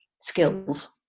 skills